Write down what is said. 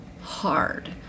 hard